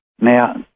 Now